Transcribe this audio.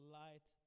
light